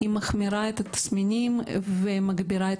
היא מחמירה את התסמינים ומגבירה את